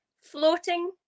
Floating